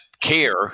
care